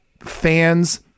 fans